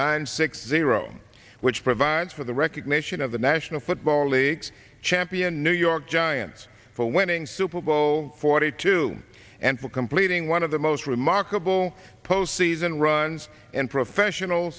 ninety six zero which provides for the recognition of the national football league champion new york giants for winning super bowl forty two and for completing one of the most remarkable postseason runs in professional